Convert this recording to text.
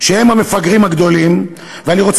אני רוצה